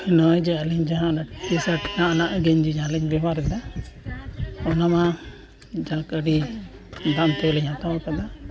ᱱᱚᱜᱼᱚᱭ ᱡᱮ ᱟᱹᱞᱤᱧ ᱡᱟᱦᱟᱸ ᱯᱚᱭᱥᱟ ᱴᱟᱠᱟ ᱡᱟᱦᱟᱸ ᱞᱤᱧ ᱵᱮᱵᱷᱟᱨᱫᱟ ᱚᱱᱟ ᱢᱟ ᱡᱟᱦᱟᱸ ᱞᱮᱠᱟ ᱟᱹᱰᱤ ᱫᱟᱢ ᱛᱮᱞᱤᱧ ᱦᱟᱛᱟᱣ ᱠᱟᱫᱟ